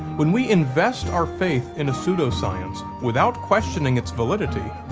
when we invest our faith in a pseudoscience, without questioning its validity,